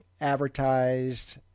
advertised